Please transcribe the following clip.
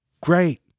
Great